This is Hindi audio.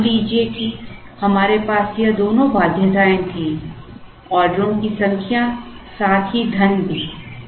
अब मान लीजिए कि हमारे पास यह दोनों बाध्यताएं थी ऑर्डरों की संख्या साथ ही धन भी